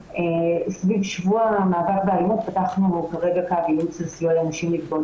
סביב שבוע המאבק באלימות פתחנו כרגע קו ייעוץ וסיוע לנשים נפגעות